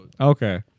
Okay